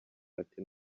ati